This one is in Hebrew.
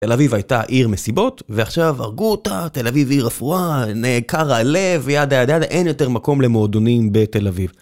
תל אביב הייתה עיר מסיבות, ועכשיו הרגו אותה, תל אביב עיר אפורה, נעקר הלב, וידה ידה ידה, אין יותר מקום למועדונים בתל אביב.